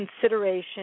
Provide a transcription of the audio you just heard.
consideration